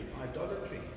idolatry